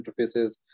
interfaces